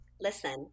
listen